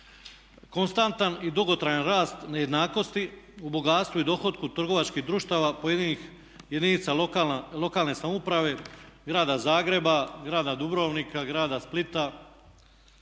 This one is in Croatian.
konstantan i dugotrajan rast nejednakosti u bogatstvu i dohotku trgovačkih društava pojedinih jedinica lokalne samouprave, Grada Zagreba, grada Dubrovnika, grada Splita